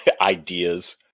Ideas